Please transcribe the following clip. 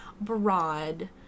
broad